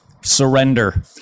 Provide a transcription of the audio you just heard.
surrender